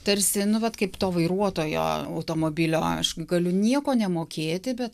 tarsi nu vat kaip to vairuotojo automobilio aš galiu nieko nemokėti bet